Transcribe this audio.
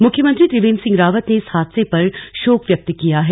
मुख्यमंत्री त्रिवेन्द्र सिंह रावत ने इस हादसे पर शोक व्यक्त किया है